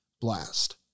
blast